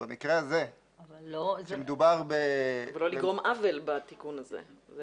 במקרה הזה שמדובר --- אבל לא לגרום עוול בתיקון הזה.